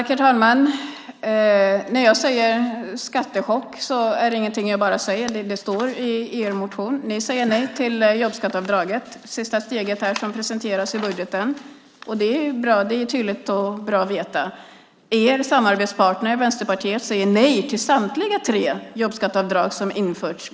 Herr talman! När jag säger "skattechock" är det inget jag bara säger. Det står i er motion. Ni säger nej till det sista steget i jobbskatteavdraget som presenteras i budgeten. Det är tydligt och bra att veta. Er samarbetspartner Vänsterpartiet säger nej till samtliga tre jobbskatteavdrag som har införts.